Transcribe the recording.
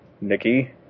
Nikki